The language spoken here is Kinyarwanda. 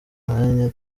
mwanya